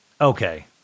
Okay